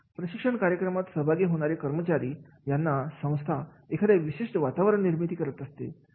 प्रशिक्षण कार्यक्रमात सहभागी होणारे कर्मचारी यांना संस्था एखाद्या विशिष्ट वातावरण निर्माण करते